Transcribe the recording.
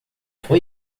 foi